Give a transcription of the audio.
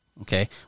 Okay